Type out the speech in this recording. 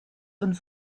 und